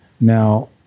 Now